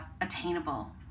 attainable